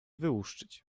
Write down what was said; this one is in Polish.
wyłuszczyć